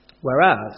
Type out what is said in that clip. Whereas